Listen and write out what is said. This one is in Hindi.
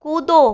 कूदो